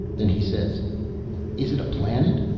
then he says is it a planet?